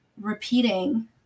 repeating